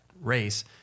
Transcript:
race